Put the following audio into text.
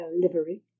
livery